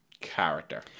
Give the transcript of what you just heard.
character